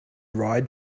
ride